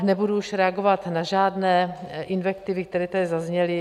Nebudu už reagovat na žádné invektivy, které tady zazněly.